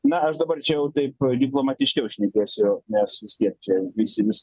na aš dabar čia jau taip diplomatiškiau šnekėsiu ir nes vis tiek čia visi viską